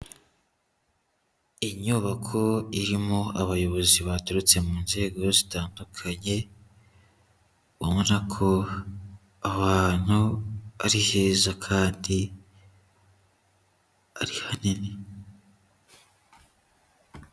Inyubako irimo abayobozi baturutse mu nzego zitandukanye, ubona ko aho hantu ari heza kandi ari hanini.